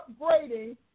upgrading